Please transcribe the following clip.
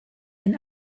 and